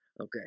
Okay